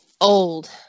old